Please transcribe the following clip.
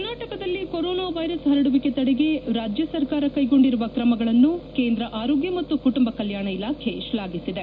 ಕರ್ನಾಟಕದಲ್ಲಿ corona virus ಪರಡುವಿಕೆ ತಡೆಗೆ ರಾಜ್ಯ ಸರ್ಕಾರ ಕೈಗೊಂಡಿರುವ ಕ್ರಮಗಳನ್ನು ಕೇಂದ್ರ ಆರೋಗ್ಯ ಮತ್ತು ಕುಟುಂಬ ಕಲ್ಯಾಣ ಇಲಾಖೆ ಶ್ಲಾಘಿಸಿದೆ